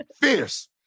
fierce